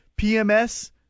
PMS